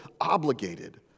obligated